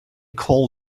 call